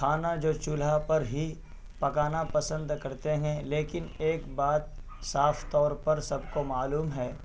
کھانا جو چولہا پر ہی پکانا پسند کرتے ہیں لیکن ایک بات صاف طور پر سب کو معلوم ہے